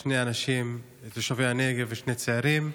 שני אנשים תושבי הנגב, שני צעירים,